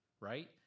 right